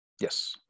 Yes